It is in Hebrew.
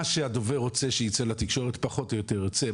מה שהדובר רוצה שיצא לתקשורת, פחות או יותר יוצא.